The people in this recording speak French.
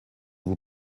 vous